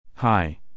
Hi